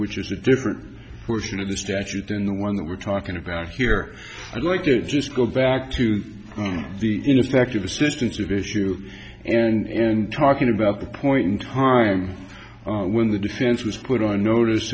which is a different version of the statute than the one that we're talking about here i'd like to just go back to the ineffective assistance of issue and talking about the point in time when the defense was put on notice